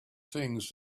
things